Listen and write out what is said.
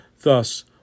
Thus